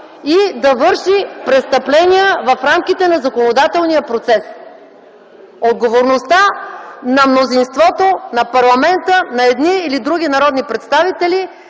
и да върши престъпления в рамките на законодателния процес. Отговорността на мнозинството на парламента на едни или други народни представители